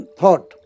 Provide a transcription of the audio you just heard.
thought